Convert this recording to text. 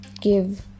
give